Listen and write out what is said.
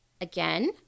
again